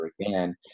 again